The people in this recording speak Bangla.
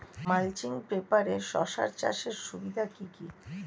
মালচিং পেপারে শসা চাষের সুবিধা কি?